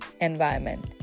environment